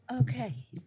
Okay